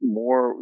more